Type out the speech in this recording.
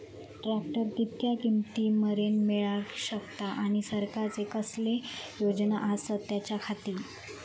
Tractor कितक्या किमती मरेन मेळाक शकता आनी सरकारचे कसले योजना आसत त्याच्याखाती?